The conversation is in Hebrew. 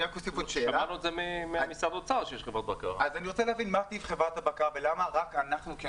אז אני רוצה להבין מה טיב חברת הבקרה ולמה רק אנחנו,